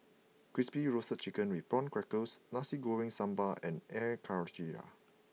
Crispy Roasted Chicken with Prawn Crackers Nasi Goreng Sambal and Air Karthira